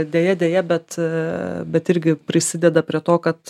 deja deja bet bet irgi prisideda prie to kad